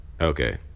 Okay